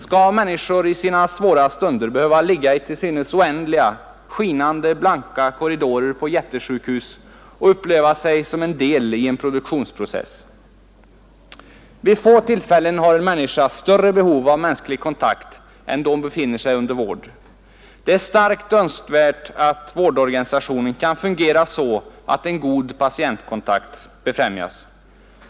Skall människor i svåra stunder behöva ligga i till synes oändliga, skinande blanka korridorer på jättesjukhus och uppleva sig som en del i en produktionsprocess? Vid få tillfällen har en människa större behov av mänsklig kontakt än då hon befinner sig under vård. Det är mycket önskvärt att vårdorganisationen kan fungera så att en god patientkontakt befrämjas.